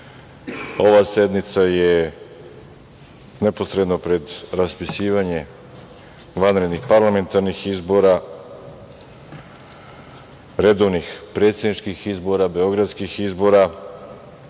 ova sednica je neposredno pred raspisivanje vanrednih parlamentarnih izbora, redovnih predsedničkih izbora, beogradskih izbora.